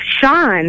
Sean